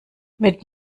mit